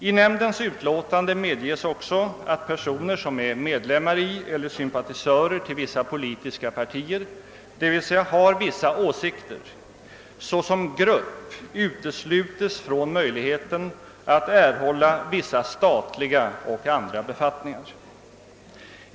I nämndens utlåtande medges också att personer som är medlemmar i eller sympatiserar med vissa politiska partier, d.v.s. har vissa åsikter, såsom grupp uteslutes från möjligheten att erhålla vissa statliga och andra befattningar.